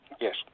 yes